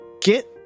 get